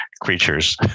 creatures